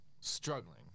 struggling